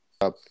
up